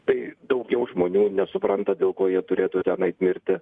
tai daugiau žmonių nesupranta dėl ko jie turėtų ten ait mirti